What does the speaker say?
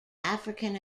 african